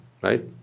right